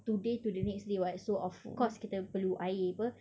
today to the next day [what] so of course kita perlu air [pe]